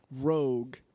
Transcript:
Rogue